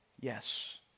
Yes